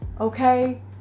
Okay